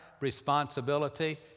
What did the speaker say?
responsibility